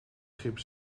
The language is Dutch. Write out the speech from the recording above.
schip